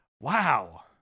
Wow